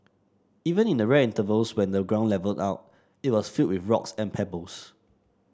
even in the rare intervals when the ground levelled out it was filled with rocks and pebbles